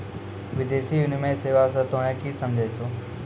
विदेशी विनिमय सेवा स तोहें कि समझै छौ